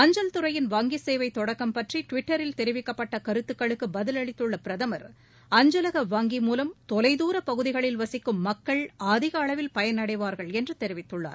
அஞ்சல் துறையின் வங்கிச் சேவை தொடக்கம் பற்றி ட்விட்டரில் தெரிவிக்கப்பட்ட கருத்துக்களுக்கு பதிலளித்துள்ள பிரதமர் அஞ்சலக வங்கி மூலம் தொலைத்தாரப்பகுதிகளில் வசிக்கும் மக்கள் அதிகளவில் பயனடைவார்கள் என்று தெரிவித்துள்ளார்